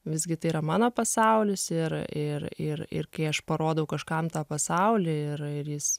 visgi tai yra mano pasaulis ir ir ir kai aš parodau kažkam tą pasaulį ir jis